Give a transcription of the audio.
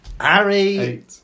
Harry